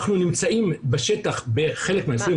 אנחנו נמצאים בשטח בחלק מהניסויים,